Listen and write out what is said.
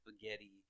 spaghetti